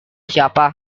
siapa